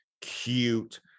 cute